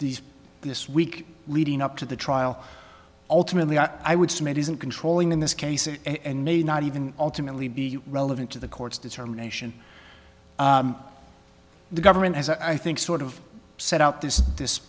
these this week leading up to the trial ultimately i would submit isn't controlling in this case and may not even ultimately be relevant to the court's determination the government has i think sort of set out this this